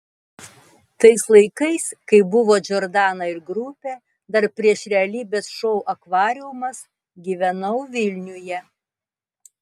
tais laikais kai buvo džordana ir grupė dar prieš realybės šou akvariumas gyvenau vilniuje